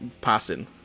passing